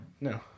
No